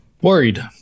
Worried